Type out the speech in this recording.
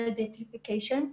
data de-identification,